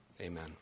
Amen